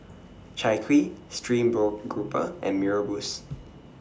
Chai Kuih Stream Grouper and Mee Rebus